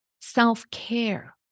self-care